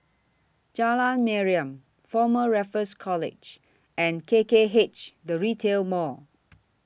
Jalan Mariam Former Raffles College and K K H The Retail Mall